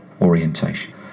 orientation